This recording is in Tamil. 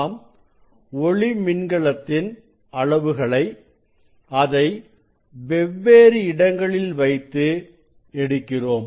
நாம் ஒளி மின்கலத்தின் அளவுகளை அதை வெவ்வேறு இடங்களில் வைத்து எடுக்கிறோம்